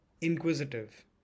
inquisitive